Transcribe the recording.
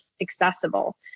accessible